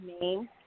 name